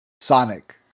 Sonic